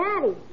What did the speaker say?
Daddy